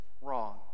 wrong